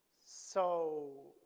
so,